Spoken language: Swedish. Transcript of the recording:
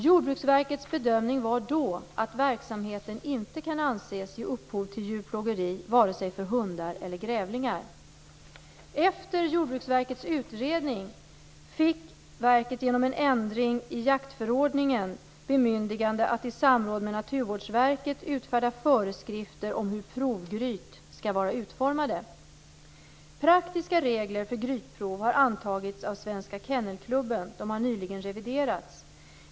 Jordbruksverkets bedömning var då att verksamheten inte kan anses ge upphov till djurplågeri vare sig för hundar eller grävlingar. Efter Jordbruksverkets utredning fick verket genom en ändring i jaktförordningen bemyndigande att i samråd med Naturvårdsverket utfärda föreskrifter om hur provgryt skall vara utformade. Svenska Kennelklubben. De har nyligen reviderats.